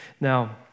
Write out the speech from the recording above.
Now